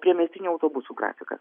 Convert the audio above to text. priemiestinių autobusų grafikas